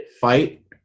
fight